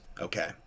okay